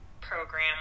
program